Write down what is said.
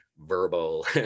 verbal